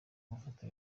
mafoto